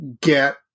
get